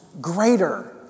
greater